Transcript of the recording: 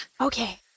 Okay